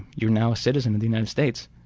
you're now a citizen of the united states.